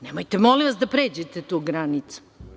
Nemojte, molim vas, da pređete tu granicu.